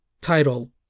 title